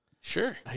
Sure